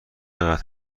قدر